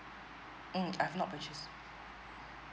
um I've not purchased